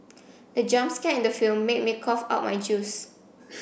the jump scare in the film made me cough out my juice